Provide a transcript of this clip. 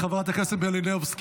תודה רבה לחברת הכנסת מלינובסקי.